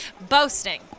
Boasting